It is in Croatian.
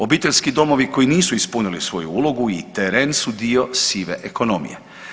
Obiteljski domovi koji nisu ispunili svoju ulogu i teren su dio sive ekonomije.